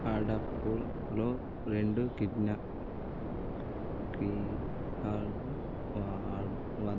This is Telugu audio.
హడప్పూర్లో రెండు కిడ్నాప్కి